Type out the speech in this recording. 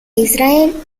israel